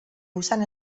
usan